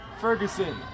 Ferguson